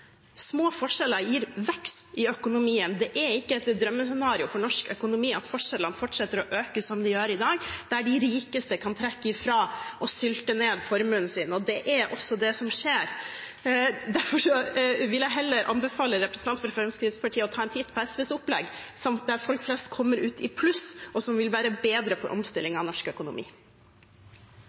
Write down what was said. Små forskjeller gir vekst i økonomien. Det er ikke et drømmescenario for norsk økonomi at forskjellene fortsetter å øke som de gjør i dag, der de rikeste kan trekke ifra og sylte ned formuen sin. Og det er også det som skjer. Derfor vil jeg anbefale representanten fra Fremskrittspartiet heller å ta en titt på SVs opplegg, der folk flest kommer ut i pluss, noe som vil være bedre for omstillingen av norsk økonomi.